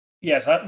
Yes